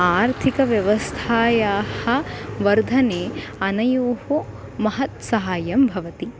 आर्थिकव्यवस्थायाः वर्धने अनयोः महत् सहायं भवति